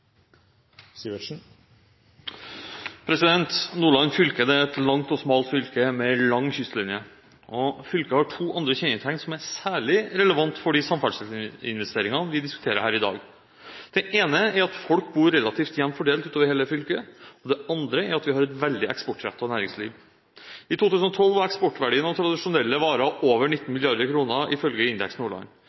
perioden. Nordland fylke er et langt og smalt fylke, med en lang kystlinje. Fylket har også to andre kjennetegn som er særlig relevant for de samferdselsinvesteringene vi diskuterer her i dag. Det ene er at folk bor relativt jevnt fordelt utover hele fylket. Det andre er at vi har et veldig eksportrettet næringsliv. I 2012 var eksportverdien av tradisjonelle varer på over 19 mrd. kr ifølge